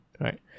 right